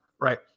right